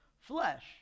flesh